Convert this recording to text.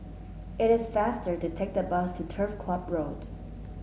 it is faster to take the bus to Turf Club Road